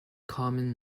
common